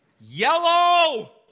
Yellow